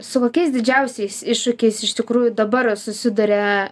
su kokiais didžiausiais iššūkiais iš tikrųjų dabar susiduria